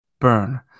burn